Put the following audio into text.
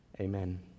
Amen